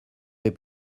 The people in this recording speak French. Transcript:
vais